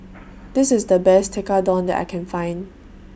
This IS The Best Tekkadon that I Can Find